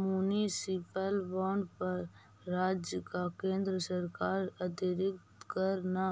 municipal bond पर राज्य या केन्द्र सरकार अतिरिक्त कर न